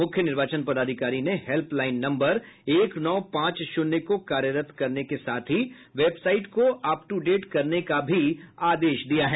मुख्य निर्वाचन पदाधिकारी ने हेल्प लाईन नम्बर एक नौ पांच शून्य को कार्यरत करने के साथ ही वेबसाईट को अप टू डेट करने का आदेश भी दिया हैं